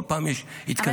כל פעם יש התכנסות.